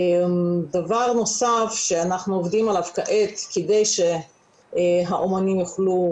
דבר נוסף שאנחנו עובדים עליו כעת כדי שהאומנים יוכלו